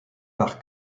par